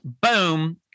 boom